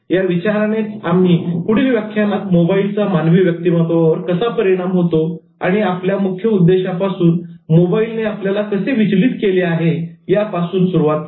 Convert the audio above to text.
या विचारानेच आम्ही पुढील व्याख्यानात मोबाईलचा मानवी व्यक्तिमत्वावर कसा परिणाम होतो आणि आपल्या मुख्य उद्देशापासून मोबाईल ने आपल्याला कसे विचलित केले आहे यापासून सुरुवात केली